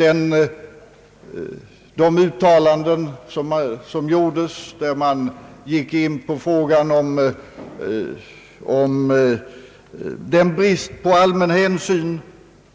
I de uttalanden som gjordes tog man upp frågan om den brist på allmän hänsyn